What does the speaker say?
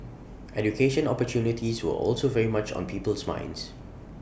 education opportunities were also very much on people's minds